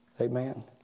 Amen